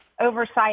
oversight